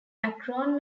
akron